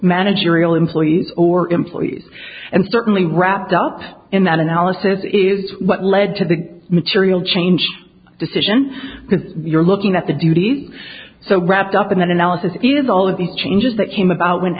managerial employees or employees and certainly wrapped up in that analysis is what led to the material change decision because you're looking at the duties so wrapped up in that analysis is all of the changes that came about when